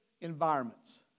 environments